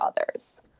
others